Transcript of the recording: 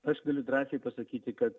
aš galiu drąsiai pasakyti kad